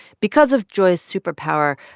because of joy's superpower,